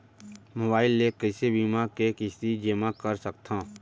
Mobile ले कइसे बीमा के किस्ती जेमा कर सकथव?